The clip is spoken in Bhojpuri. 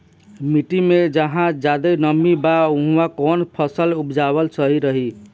मिट्टी मे जहा जादे नमी बा उहवा कौन फसल उपजावल सही रही?